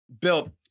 Bill